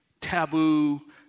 taboo